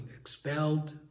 expelled